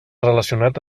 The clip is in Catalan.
relacionat